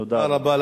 תודה רבה.